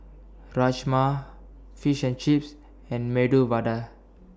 Rajma Fish and Chips and Medu Vada